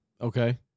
Okay